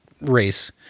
race